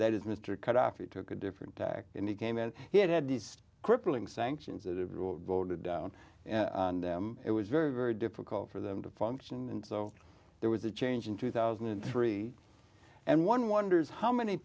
that is mr kraft he took a different tact and he came and he had these crippling sanctions that have voted down on them it was very very difficult for them to function and so there was a change in two thousand and three and one wonders how many